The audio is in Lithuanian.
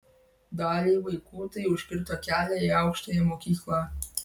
daliai vaikų tai užkirto kelią į aukštąją mokyklą